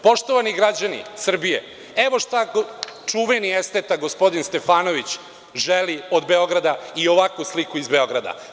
Poštovani građani Srbije, evo šta čuveni esteta gospodin Stefanović želi od Beograda i ovakvu sliku iz Beograda.